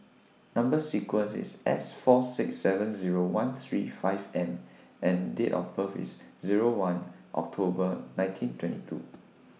Number sequence IS S four six seven Zero one three five M and Date of birth IS Zero one October nineteen twenty two